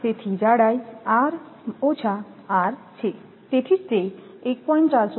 તેથી જાડાઈ છે તેથી જ તે 1